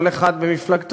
כל אחד במפלגתו,